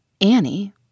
Annie